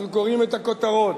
אנחנו קוראים את הכותרות,